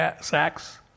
sacks